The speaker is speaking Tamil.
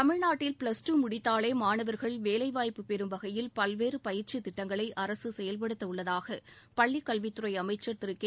தமிழ்நாட்டில் ப்ளஸ்டூ முடித்தாலே மாணவர்கள் வேலைவாய்ப்பு பெறும் வகையில் பல்வேறு பயிற்சித் திட்டங்களை அரசு செயல்படுத்த உள்ளதாக பள்ளிக் கல்வித்துறை அமைச்சர் திரு கே